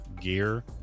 gear